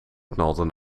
knalden